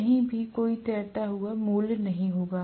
कहीं भी कोई तैरता हुआ मूल्य नहीं होगा